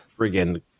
friggin